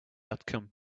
outcome